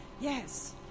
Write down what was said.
Yes